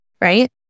right